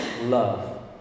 love